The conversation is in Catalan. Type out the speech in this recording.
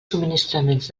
subministraments